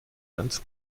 ganz